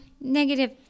Negative